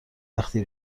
وقتی